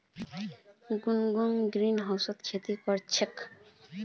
गुनगुन ग्रीनहाउसत खेती कर छ